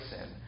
sin